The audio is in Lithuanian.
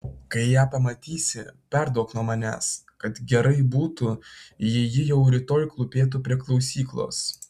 kai ją pamatysi perduok nuo manęs kad gerai būtų jei ji jau rytoj klūpėtų prie klausyklos